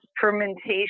fermentation